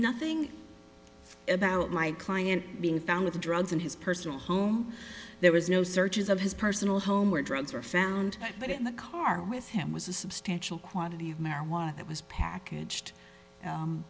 nothing about my client being found with drugs in his personal home there was no searches of his personal home where drugs were found but in the car with him was a substantial quantity of marijuana that was packaged